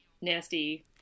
nasty